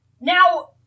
Now